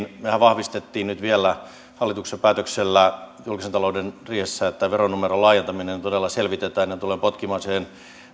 mehän vahvistimme nyt vielä hallituksen päätöksellä julkisen talouden riihessä että tämä veronumeron laajentaminen todella selvitetään ja tullaan potkimaan siihen